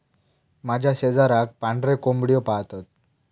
माझ्या शेजाराक पांढरे कोंबड्यो पाळतत